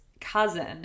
cousin